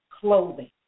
clothing